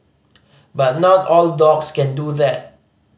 but not all dogs can do that